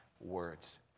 words